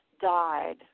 died